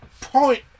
point